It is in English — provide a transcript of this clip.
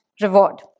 reward